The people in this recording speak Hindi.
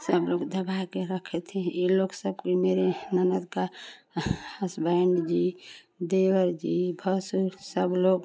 सब लोग दबा कर रखे थे ये लोग सब कोई मेरे ननद का हसबेन्ड जी देवर जी भसुर सब लोग